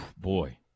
boy